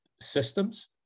systems